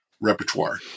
repertoire